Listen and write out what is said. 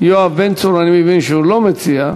יואב בן צור, אני מבין שהוא לא מציע.